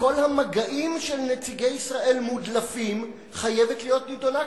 שכל המגעים של נציגי ישראל מודלפים חייבת להיות נדונה כאן,